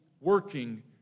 working